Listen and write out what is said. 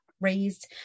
raised